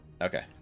Okay